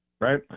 right